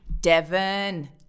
Devon